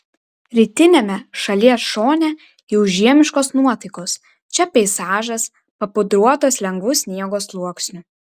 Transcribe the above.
rytiniame šalies šone jau žiemiškos nuotaikos čia peizažas papudruotas lengvu sniego sluoksniu